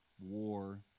war